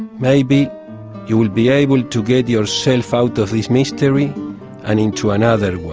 maybe you'll be able to get yourself out of this mystery and into another one